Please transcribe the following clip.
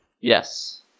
Yes